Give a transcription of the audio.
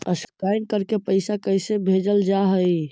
Scan करके पैसा कैसे भेजल जा हइ?